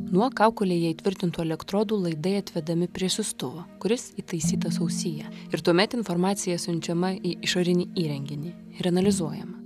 nuo kaukolėje įtvirtintų elektrodų laidai atvedami prie siųstuvo kuris įtaisytas ausyje ir tuomet informacija siunčiama į išorinį įrenginį ir analizuojama